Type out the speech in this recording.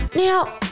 Now